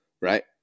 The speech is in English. right